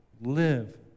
live